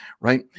right